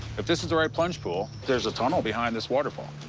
if this is the right plunge pool, there's a tunnel behind this waterfall.